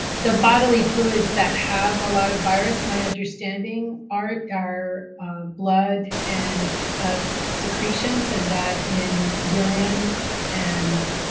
the bodily fluids that have a lot of virus, my understanding art are blood and secretions, and that in urine and,